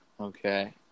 Okay